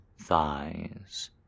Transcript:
thighs